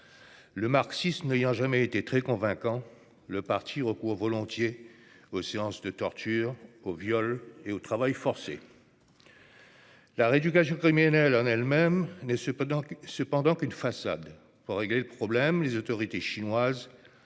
Le marxisme n'ayant jamais été très convaincant, le parti recourt volontiers aux séances de torture, aux viols et au travail forcé. La rééducation, criminelle en elle-même, n'est cependant qu'une façade. Pour régler le problème, les autorités chinoises